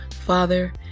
Father